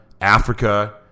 africa